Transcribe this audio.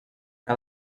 que